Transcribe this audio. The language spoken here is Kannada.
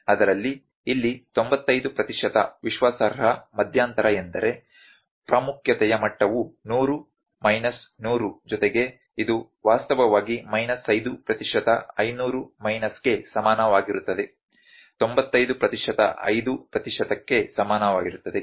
ಆದ್ದರಿಂದ ಇಲ್ಲಿ 95 ಪ್ರತಿಶತ ವಿಶ್ವಾಸಾರ್ಹ ಮಧ್ಯಂತರ ಎಂದರೆ ಪ್ರಾಮುಖ್ಯತೆಯ ಮಟ್ಟವು 100 ಮೈನಸ್ 100 ಜೊತೆಗೆ ಇದು ವಾಸ್ತವವಾಗಿ ಮೈನಸ್ 5 ಪ್ರತಿಶತ 500 ಮೈನಸ್ಗೆ ಸಮಾನವಾಗಿರುತ್ತದೆ 95 ಪ್ರತಿಶತ 5 ಪ್ರತಿಶತಕ್ಕೆ ಸಮಾನವಾಗಿರುತ್ತದೆ